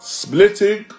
splitting